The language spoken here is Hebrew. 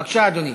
בבקשה, אדוני.